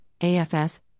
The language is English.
AFS